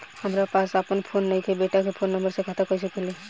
हमरा पास आपन फोन नईखे बेटा के फोन नंबर से खाता कइसे खुली?